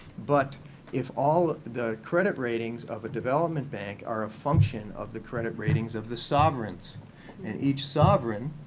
but if all the credit ratings of a development bank are a function of the credit ratings of the sovereigns and each sovereign